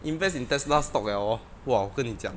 invest in tesla stock 了哦哇我跟你讲